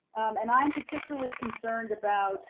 and i'm particularly concerned about